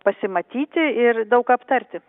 pasimatyti ir daug aptarti